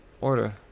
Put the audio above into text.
order